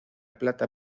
plata